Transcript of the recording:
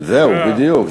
זהו, בדיוק.